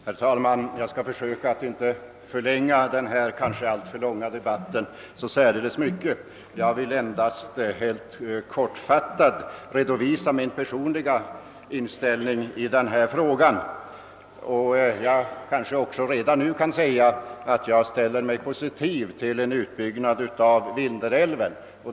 Herr talman! Jag skall försöka att inte så mycket förlänga denna kanske redan alltför långa debatt, utan vill endast helt kortfattat redovisa min personliga inställning i frågan. Jag kan också redan nu tala om att jag ställer mig positiv till en utbyggnad av Vindelälven.